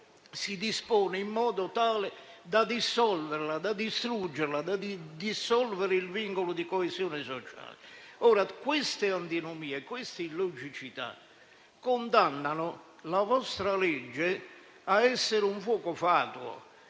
si dispone in modo tale da distruggerla e da dissolvere il vincolo di coesione sociale. Queste antinomie e queste illogicità condannano la vostra legge a essere un fuoco fatuo.